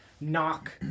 knock